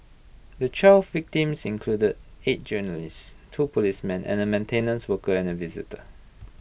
the twelve victims included eight journalists two policemen and A maintenance worker and A visitor